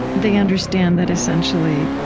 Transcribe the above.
they understand that, essentially,